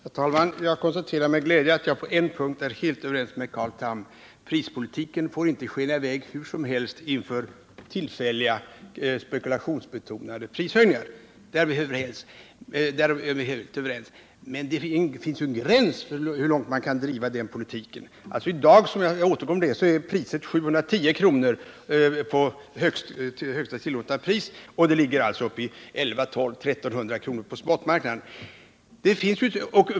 Om samhällets Herr talman! Jag konstaterar med glädje att jag på en punkt är helt överens — sårbarhet när det med Carl Tham: prispolitiken får inte skena i väg hur som helst inför tillfälliga — gäller energiförsörjoch spekulationsbetonade prishöjningar. Men det finns en gräns för hurlångt — ningen man kan driva denna politik. I dag är högsta tillåtna pris 710 kr. och det ligger mellan 1100 och 1300 kr. på spot-marknaden.